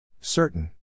Certain